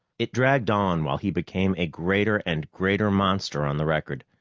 it dragged on, while he became a greater and greater monster on the record.